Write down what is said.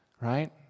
Right